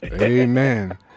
Amen